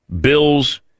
Bills